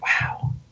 Wow